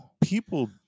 People